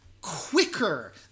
quicker